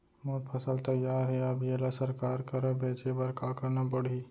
मोर फसल तैयार हे अब येला सरकार करा बेचे बर का करना पड़ही?